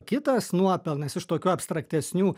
kitas nuopelnais iš tokių abstraktesnių